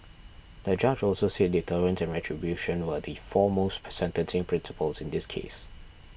the judge also said deterrence and retribution were the foremost sentencing principles in this case